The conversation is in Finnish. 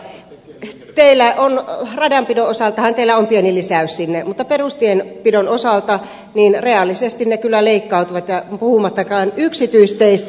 radanpidon osaltahan teillä on pieni lisäys sinne mutta perustienpidon osalta reaalisesti ne kyllä leikkautuvat puhumattakaan yksityisteistä